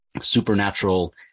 supernatural –